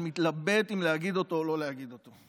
שאני מתלבט אם להגיד אותו או לא להגיד אותו.